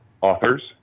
authors